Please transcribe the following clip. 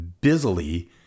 busily